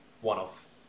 one-off